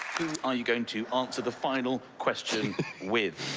are you going to answer the final question with?